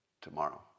tomorrow